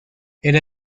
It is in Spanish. era